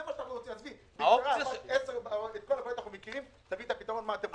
תביאי את הפתרון מה אתם רוצים.